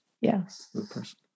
Yes